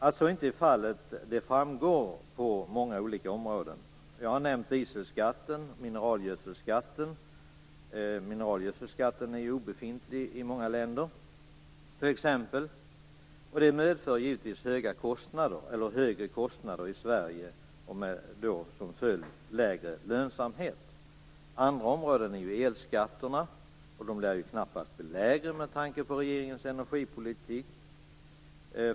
Att så inte har varit fallet framgår på många olika områden. Jag har nämnt dieselskatten och mineralgödselskatten. Mineralgödselskatten är ju obefintlig i många länder. Det medför givetvis högre kostnader i Sverige med lägre lönsamhet som följd. Ett annat område är ju elskatterna, som knappast lär bli lägre framöver med tanke på regeringens energipolitik.